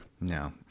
No